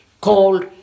called